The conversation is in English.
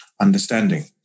understanding